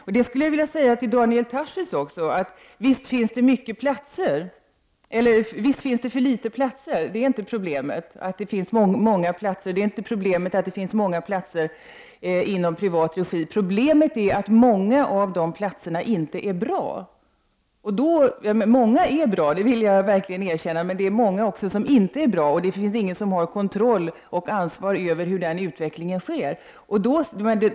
Jag vill också hålla med Daniel Tarschys om att det finns för få platser, att problemet inte är att det finns för många platser eller att det finns för många platser inom privat regi. Problemet är i stället att många av dessa platser inte är bra. Många är bra, det vill jag verkligen erkänna, men det finns också många som inte är bra. Och det finns ingen som har kontroll och ansvar över hur utvecklingen sker i fråga om detta.